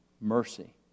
mercy